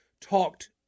talked